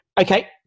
Okay